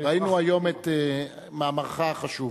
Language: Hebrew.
ראינו היום את מאמרך החשוב.